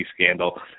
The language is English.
scandal